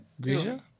grisha